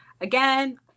again